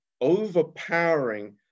overpowering